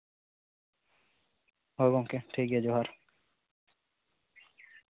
ᱦᱳᱭ ᱜᱚᱝᱠᱮ ᱴᱷᱤᱠ ᱜᱮᱭᱟ ᱡᱚᱦᱟᱨ